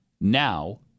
now